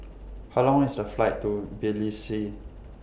How Long IS The Flight to Tbilisi